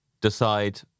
decide